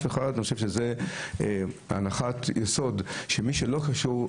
אני חושב שזאת הנחת יסוד: מי שלא קשור,